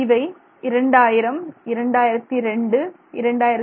இவை 2000 2002